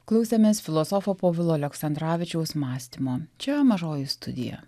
klausėmės filosofo povilo aleksandravičiaus mąstymo čia mažoji studija